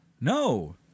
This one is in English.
No